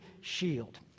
shield